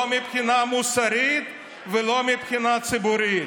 לא מבחינה מוסרית ולא מבחינה ציבורית.